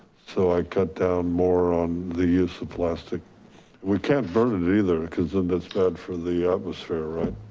so i cut down more on the use of plastic we can't burn it either. cause then that's bad for the atmosphere, right.